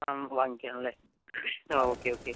ആ വാങ്ങിക്കണംല്ലേ ആ ഓക്കേ ഓക്കേ